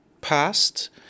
past